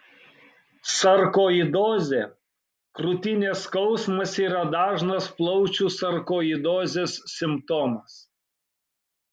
sarkoidozė krūtinės skausmas yra dažnas plaučių sarkoidozės simptomas